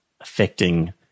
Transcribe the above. affecting